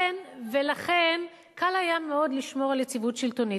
לכן קל היה לשמור על יציבות שלטונית,